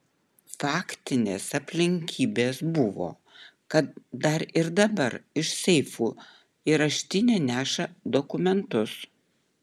faktinės aplinkybės buvo kad dar ir dabar iš seifų į raštinę neša dokumentus